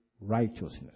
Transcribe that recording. righteousness